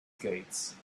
skates